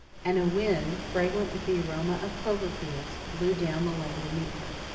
and a wind, fragrant with the aroma of clover fields, blew down the lane to meet her.